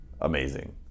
amazing